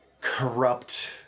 corrupt